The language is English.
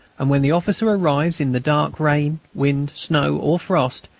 and when the officer arrives, in the dark, rain, wind, snow, or frost,